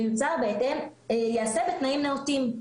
שייעשה בתנאים נאותים.